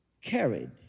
carried